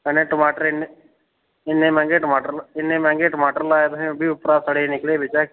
कन्नै टमाटर इन्ने इन्ने मैंह्गे टमाटर न इन्ने मैंह्गे टमाटर लाए तुसें उब्भी अप्परां सड़े दे निकले बिच्चा